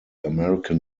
american